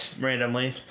randomly